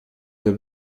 der